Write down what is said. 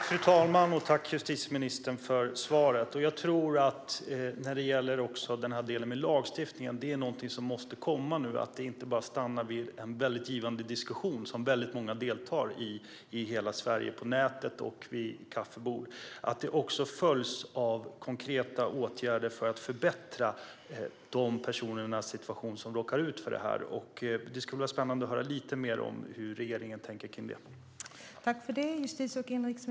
Fru talman! Tack för svaret, justitieministern! När det gäller lagstiftningen är det något som måste komma nu. Det får inte stanna vid bara en givande diskussion som många deltar i, i hela Sverige, på nätet och vid kaffebord. Det måste följas av konkreta åtgärder för att förbättra situationen för de personer som råkar ut för det här. Det skulle vara spännande att få höra lite mer om hur regeringen tänker när det gäller det.